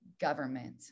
government